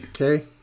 Okay